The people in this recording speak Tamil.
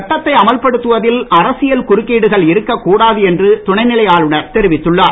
சட்டத்தை அமல்படுத்துவதில் அரசியல் குறுக்கீடுகள் இருக்கக்கூடாது என்று துணைநிலை ஆளுநர் தெரிவித்துள்ளார்